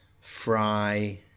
fry